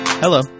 Hello